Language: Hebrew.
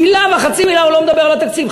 מילה וחצי מילה הוא לא מדבר על התקציב.